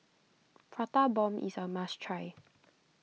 Prata Bomb is a must try